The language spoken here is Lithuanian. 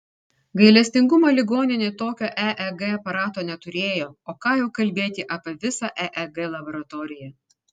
gailestingumo ligoninė tokio eeg aparato neturėjo o ką jau kalbėti apie visą eeg laboratoriją